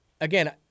Again